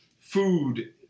food